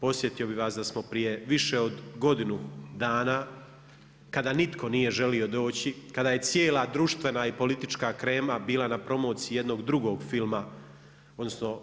Podsjetio bih vas da smo prije više od godinu dana kada nitko nije želio doći, kada je cijela društvena i politička krema bila na promociji jednog drugog filma, odnosno,